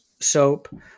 soap